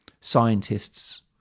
scientists